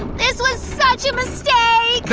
this was such a mistake!